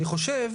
אני חושב